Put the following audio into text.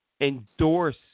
endorse